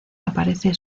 aparece